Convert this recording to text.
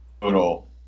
total